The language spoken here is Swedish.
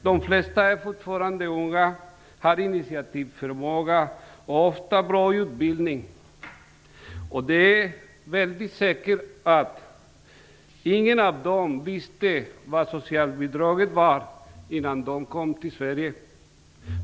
De flesta är fortfarande unga, har initiativförmåga och ofta bra utbildning. Och säkert är att ingen av dem visste vad socialbidrag var innan de kom till Sverige.